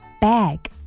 bag